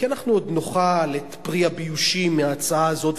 כי אנחנו עוד נאכל את פרי הבאושים מההצעה הזאת,